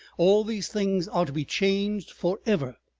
all these things are to be changed for ever.